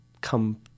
come